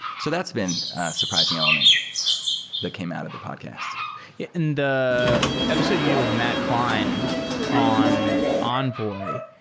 so that's been surprising element that came out of the podcasts in the episode you did with matt klein on envoy,